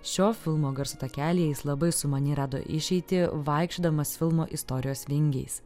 šio filmo garso takelyje jis labai sumaniai rado išeitį vaikščiodamas filmo istorijos vingiais